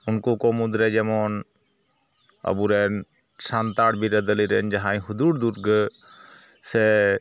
ᱩᱱᱠᱩ ᱠᱚ ᱢᱩᱫᱽᱨᱮ ᱡᱮᱢᱚᱱ ᱟᱵᱳᱨᱮᱱ ᱥᱟᱱᱛᱟᱲ ᱵᱤᱨᱟᱹᱫᱟᱞᱤ ᱨᱮᱱ ᱡᱟᱦᱟᱸᱭ ᱦᱩᱫᱩᱲ ᱫᱩᱨᱜᱟᱹ ᱥᱮ